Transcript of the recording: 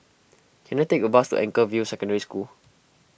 can I take a bus to Anchorvale Secondary School